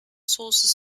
sources